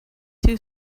two